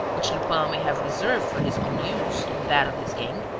which lupin may have reserved for his own use and that of his gang?